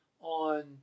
on